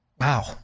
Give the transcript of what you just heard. Wow